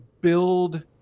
build